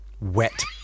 Wet